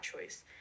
choice